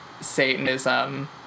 Satanism